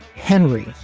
henry.